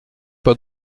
pas